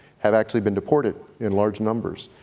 have actually been deported in large numbers.